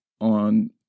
on